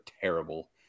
terrible